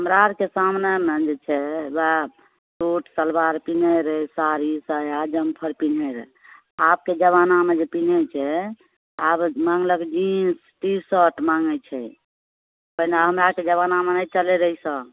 हमरा आरके सामनेमे जे छै ओएह सूट सलबार पीन्है रहै साड़ी साया जम्फर पीन्है रहै आबके जबानामे जे पीन्है छै आब माङ्गलक जिन्स टी शर्ट माङ्गै छै पहिने हमरा आरके जबानामे नहि चलै रहै ई सब